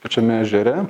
pačiame ežere